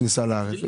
כניסה לארץ.